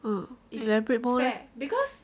um elaborate more leh